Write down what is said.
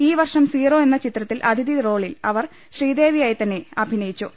ഈ വർഷം സീറോ എന്ന ചിത്രത്തിൽ അതിഥി റോളിൽ ശ്രീദേവിയായി തന്നെ അവർ അഭിനയിച്ചു